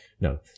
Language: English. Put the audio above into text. No